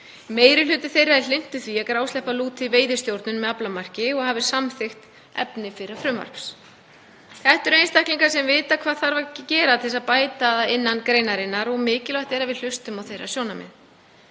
Meiri hluti þeirra er hlynntur því að grásleppa lúti veiðistjórn með aflamarki og hafði samþykkt efni fyrra frumvarps. Þetta eru einstaklingarnir sem vita hvað þarf að bæta innan greinarinnar og mikilvægt er að við hlustum á sjónarmið